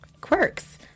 quirks